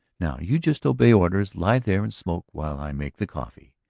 now you just obey orders lie there and smoke while i make the coffee.